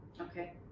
Okay